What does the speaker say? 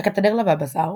"הקתדרלה והבזאר"